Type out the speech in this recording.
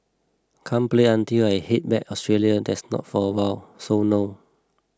can't play until I head back Australia that's not for awhile so no